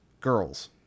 girls